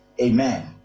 Amen